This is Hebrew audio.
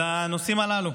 זה הנושאים הללו.